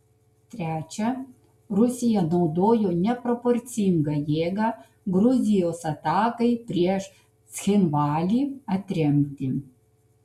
trečia rusija naudojo neproporcingą jėgą gruzijos atakai prieš cchinvalį atremti